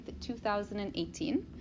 2018